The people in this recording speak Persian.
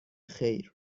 خیر